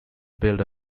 build